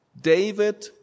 David